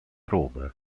roma